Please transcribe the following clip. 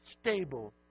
stable